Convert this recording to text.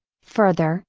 further,